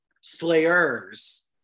Slayers